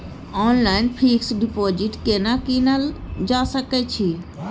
Online fix deposit केना कीनल जा सकै छी?